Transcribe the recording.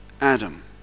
Adam